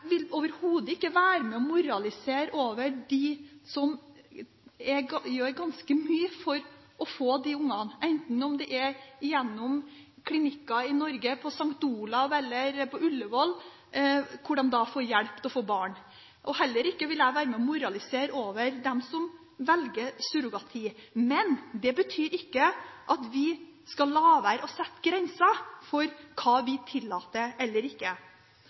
vil overhodet ikke være med og moralisere over dem som gjør ganske mye for å få de ungene, enten det er gjennom klinikker i Norge, på St. Olavs Hospital eller på Ullevål de får hjelp til å få barn. Heller ikke vil jeg være med og moralisere over dem som velger surrogati. Men det betyr ikke at vi skal la være å sette grenser for hva vi tillater og ikke.